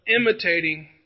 imitating